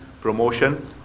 promotion